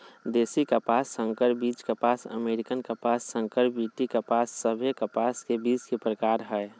देशी कपास, संकर बीज कपास, अमेरिकन कपास, संकर बी.टी कपास सभे कपास के बीज के प्रकार हय